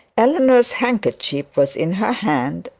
eleanor's handkerchief was in her hand,